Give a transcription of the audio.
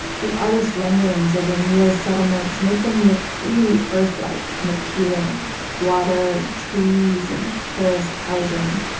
the artist renderings of o'neill's settlements make them look really earth-like and appealing, with water and trees and terraced housing